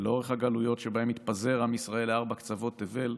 ולאורך הגלויות שבהן התפזר עם ישראל לארבע קצוות תבל,